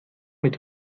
mit